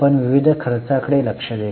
आपण विविध खर्चाकडे लक्ष देऊ